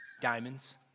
Diamonds